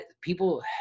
people